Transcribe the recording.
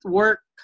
work